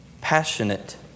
passionate